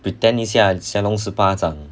pretend 一下降龙十八掌